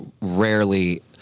rarely